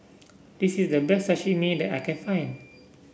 this is the best Sashimi that I can find